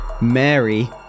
Mary